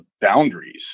boundaries